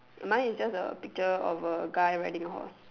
mine is just a picture of a guy riding a horse